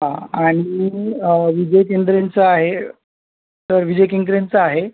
हां आणि विजय केंद्रेंचं आहे तर विजय केंकरेंचं आहे